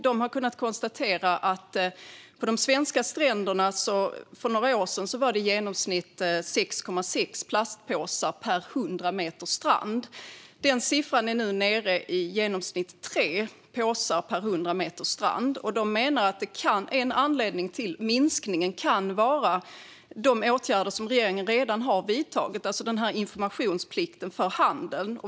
De har kunnat konstatera att på de svenska stränderna var det för några år sedan i genomsnitt 6,6 plastpåsar per 100 meter strand. Den siffran är nu i genomsnitt nere i 3 påsar per 100 meter strand. De menar att en anledning till minskningen kan vara de åtgärder som regeringen redan har vidtagit med informationsplikten för handeln.